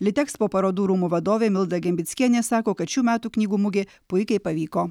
litekspo parodų rūmų vadovė milda gembickienė sako kad šių metų knygų mugė puikiai pavyko